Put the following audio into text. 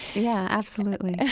yeah, absolutely.